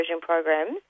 programs